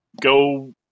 go